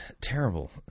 terrible